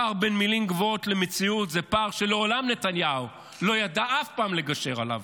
הפער בין מילים גבוהות למציאות הוא פער שנתניהו מעולם לא ידע לגשר עליו.